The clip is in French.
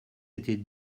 était